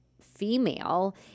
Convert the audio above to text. female